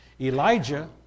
Elijah